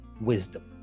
wisdom